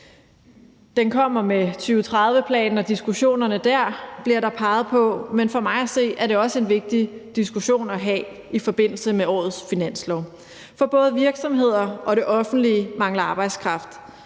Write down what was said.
Den kommer med 2030-planen og diskussionerne der, bliver der peget på, men for mig at se er det også en vigtig diskussion at have i forbindelse med årets finanslov. For både virksomheder og det offentlige mangler arbejdskraft.